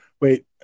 wait